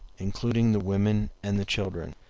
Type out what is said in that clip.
including the women and the children.